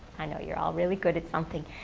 i know you're all really good at something.